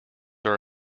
are